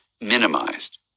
minimized